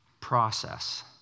process